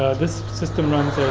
this system runs